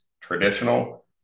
traditional